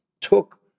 took